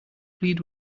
plead